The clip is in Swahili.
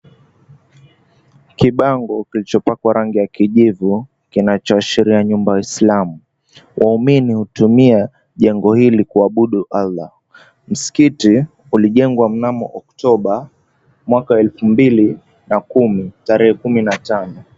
Kibango kilichopakwa rangi ya kijivu kinachoashiria nyumba ya waislamu. Wahumini hutumia jengo hili kuabudu Allah. Msikiti ulijengwa mnamo Oktoba mwaka wa elfu mbili na kumi tarehe kumi na tano.